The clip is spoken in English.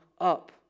up